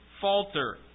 falter